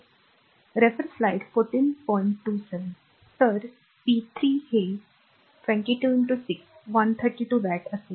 तर p 3 हे r 22 6 132 watt असेल त्यामुळे वीज शोषली जाईल